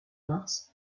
mars